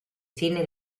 cine